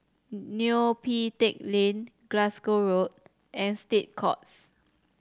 Neo Pee Teck Lane Glasgow Road and State Courts